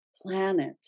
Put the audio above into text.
planet